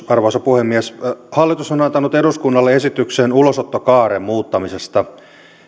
arvoisa puhemies hallitus on antanut eduskunnalle esityksen ulosottokaaren muuttamisesta